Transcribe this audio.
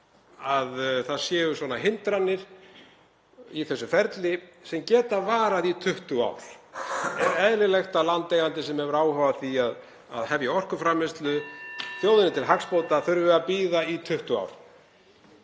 að það séu svona hindranir í þessu ferli sem geti varað í 20 ár. Er eðlilegt að landeigandi sem hefur áhuga á því að hefja orkuframleiðslu, þjóðinni til hagsbóta, þurfi að bíða í 20 ár?